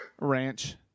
Ranch